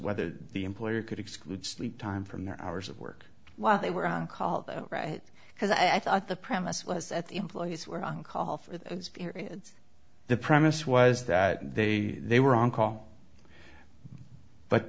whether the employer could exclude sleep time from their hours of work while they were on call right because i thought the premise was at the employees were on call for the promise was that they they were on call but